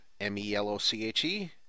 M-E-L-O-C-H-E